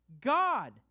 God